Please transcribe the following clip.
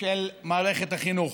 של מערכת החינוך.